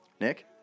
Nick